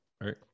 right